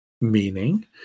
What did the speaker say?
meaning